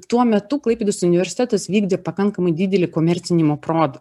tuo metu klaipėdos universitetas vykdė pakankamai didelį komercinimo proda